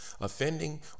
Offending